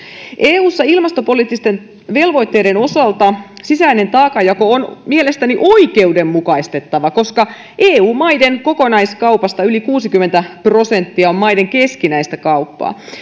eussa ilmastopoliittisten velvoitteiden osalta sisäinen taakanjako on mielestäni oikeudenmukaistettava koska eu maiden kokonaiskaupasta yli kuusikymmentä prosenttia on maiden keskinäistä kauppaa